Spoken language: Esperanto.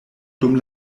dum